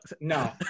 No